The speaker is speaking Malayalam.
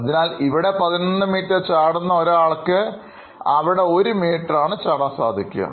അതിനാൽ ഇവിടെ 11 മീറ്റർ ചാടുന്ന ആൾക്ക് അവിടെ ഒരു മീറ്ററാണ് ചാടാൻ സാധിക്കുക